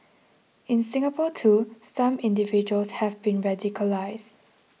in Singapore too some individuals have been radicalised